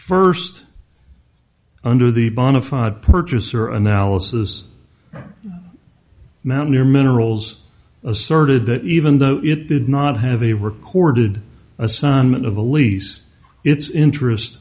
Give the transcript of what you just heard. first under the bonafide purchase or analysis mountaineer minerals asserted that even though it did not have a recorded a son of a lease its interest